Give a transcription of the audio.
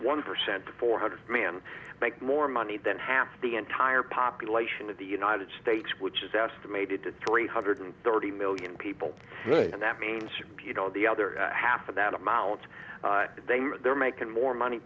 one percent to four hundred men make more money than half the entire population of the united states which is estimated to three hundred thirty million people and that means the other half of that amount they mean they're making more money